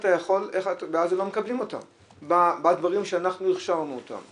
ואז לא מקבלים אותן בדברים שאנחנו הכשרנו אותן.